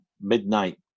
midnight